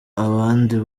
ubundi